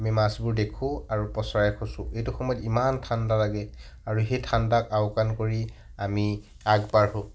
আমি মাছবোৰ দেখো আৰু পঁচৰাই খুঁচো এইটো সময়ত ইমান ঠাণ্ডা লাগে আৰু সেই ঠাণ্ডাক আওকাণ কৰি আমি আগবাঢ়ো